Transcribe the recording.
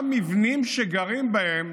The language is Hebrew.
גם מבנים שגרים בהם,